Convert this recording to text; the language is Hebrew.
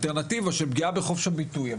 האלטרנטיבה של פגיעה בחופש הביטוי,